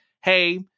hey